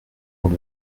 pour